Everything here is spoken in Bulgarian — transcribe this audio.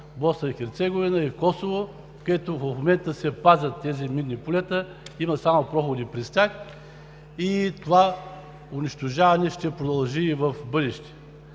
Босна и Херцеговина, Косово, където в момента тези минни полета се пазят, има само проходи през тях, и това унищожаване ще продължи и в бъдеще.